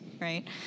right